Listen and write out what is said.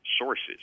sources